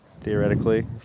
theoretically